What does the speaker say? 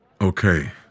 Okay